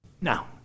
Now